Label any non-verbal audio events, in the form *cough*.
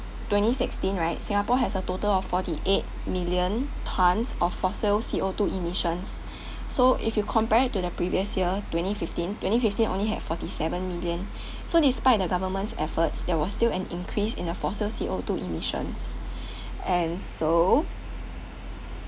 twenty sixteen right singapore has a total of forty eight million tonnes of fossil C_O two emissions *breath* so if you compared it to the previous year twenty fifteen twenty fifteen only had forty seven million *breath* so despite the government's efforts there was still an increase in the fossil C_O two emissions and so